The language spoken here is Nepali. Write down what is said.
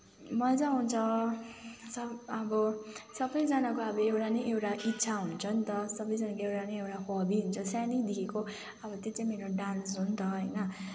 मजा आउँछ सब अब सबैजनाको अब एउटा न एउटा इच्छा हुन्छ नि त सबैजनाको एउटा न एउटा हबी हुन्छ सानैदेखिको अब त्यो चाहिँ मेरो डान्स हो नि त होइन